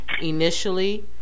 initially